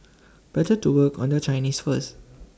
better to work on their Chinese first